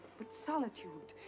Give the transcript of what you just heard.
but solitude.